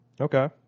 Okay